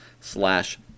slash